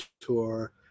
tour